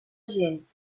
gent